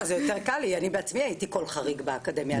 בעצמי הייתי קול חריג באקדמיה,